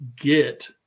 get